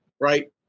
Right